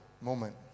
moment